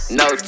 no